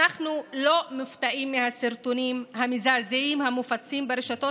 אנחנו לא מופתעים מהסרטונים המזעזעים המופצים ברשתות